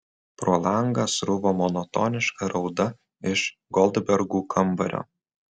pro langą sruvo monotoniška rauda iš goldbergų kambario